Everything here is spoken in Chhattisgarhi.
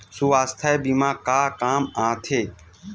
सुवास्थ बीमा का काम आ थे?